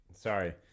Sorry